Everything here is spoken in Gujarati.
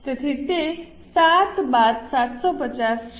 તેથી તે 7 બાદ 750 છે